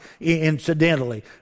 Incidentally